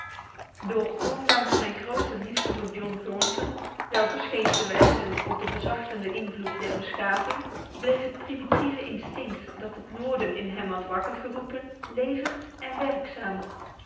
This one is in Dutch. doch trots zijn grote liefde voor john thornton welke scheen te wijzen op de verzachtende invloed der beschaving bleef het primitieve instinct dat het noorden in hem had wakker geroepen levend en werkzaam